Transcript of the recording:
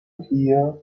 hear